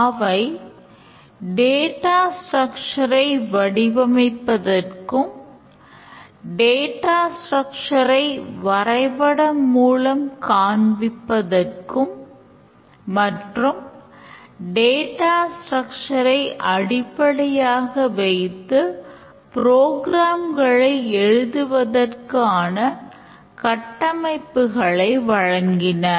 அவை data structure எழுதுவதற்கான கட்டமைப்புகளை வழங்கின